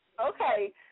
Okay